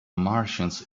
martians